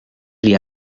pri